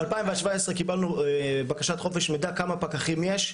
ב-2017 קיבלנו בקשת חופש מידע כמה פקחים יש,